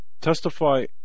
testify